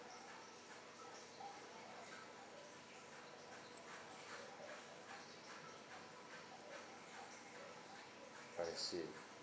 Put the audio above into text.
I see